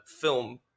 film